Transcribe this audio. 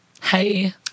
Hey